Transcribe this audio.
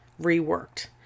reworked